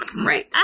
Right